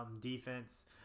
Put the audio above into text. defense